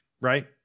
right